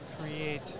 create